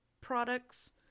products